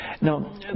Now